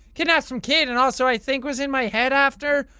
kidnapped some kid and also i think was in my head after,